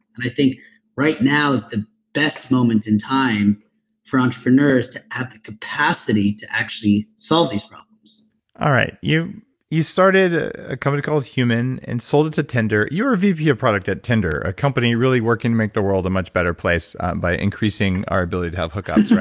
and i think right now is the best moment in time for entrepreneurs to have the capacity to actually solve these problems all right, you you started a company called humin, and sold it to tinder. you're a vp of product at tinder, a company really working to make the world a much better place by increasing our ability to have hook-ups, right?